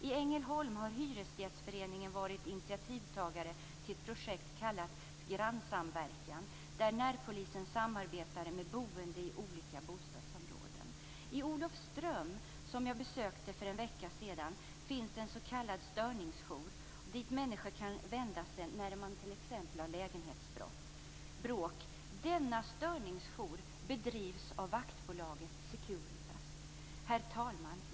I Ängelholm har Hyresgästföreningen varit initiativtagare till ett projekt kallat Grannsamverkan, där närpolisen samarbetar med boende i olika bostadsområden. I Olofström, som jag besökte för en vecka sedan, finns en s.k. störningsjour dit människor kan vända sig vid t.ex. Herr talman!